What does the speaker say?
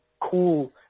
cool